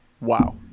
Wow